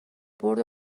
برد